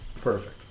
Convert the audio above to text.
Perfect